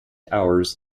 hours